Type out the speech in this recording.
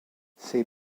ses